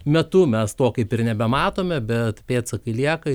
metu mes to kaip ir nebematome bet pėdsakai lieka